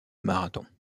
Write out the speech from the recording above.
marathon